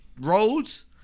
roads